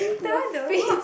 your face